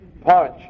punch